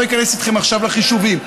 לא איכנס איתכם עכשיו לחישובים.